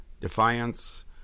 Defiance